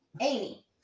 Amy